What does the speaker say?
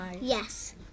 Yes